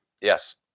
Yes